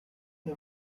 der